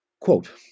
quote